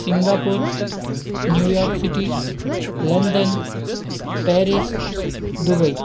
Singapore New York City London Paris Dubai